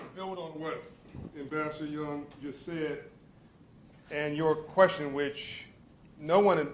on what ambassador young just said. and your question which no one,